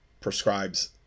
prescribes